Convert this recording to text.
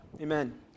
Amen